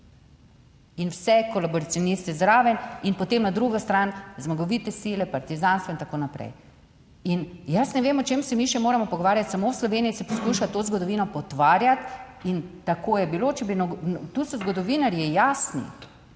in vse kolaboracioniste zraven in potem na drugo stran zmagovite sile partizanstva in tako naprej. In jaz ne vem o čem se mi še moramo pogovarjati, samo v Sloveniji se poskuša to zgodovino potvarjati in tako je bilo, če bi, tu so zgodovinarji jasni